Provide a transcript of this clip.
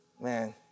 man